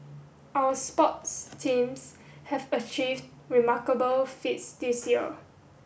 our sports teams have achieved remarkable feats this year